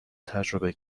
تجربه